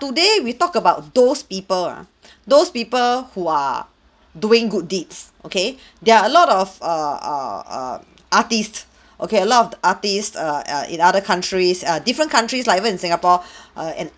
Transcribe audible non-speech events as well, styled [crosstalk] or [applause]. today we talk about those people ah [breath] those people who are doing good deeds okay [breath] there are a lot of err err err artist okay a lot of the artist err err in other countries err different countries like even in singapore [breath] err and